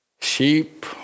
sheep